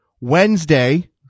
Wednesday